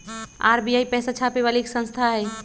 RBI पैसा छापे वाली एक संस्था हई